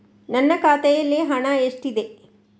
ನನ್ನ ಖಾತೆಯಲ್ಲಿ ಹಣ ಎಷ್ಟಿದೆ?